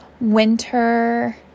winter